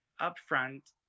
upfront